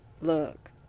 look